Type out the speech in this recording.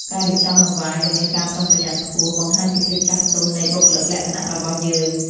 ការរៀបចំដង្វាយដោយមានការប្រុងប្រយ័ត្នខ្ពស់បង្ហាញពីភាពចាស់ទុំនៃបុគ្គលិកលក្ខណៈរបស់យើង។